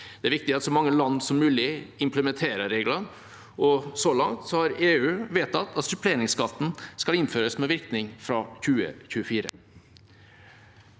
viktig at så mange land som mulig implementerer reglene, og så langt har EU vedtatt at suppleringsskatten skal innføres med virkning fra 2024.